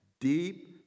deep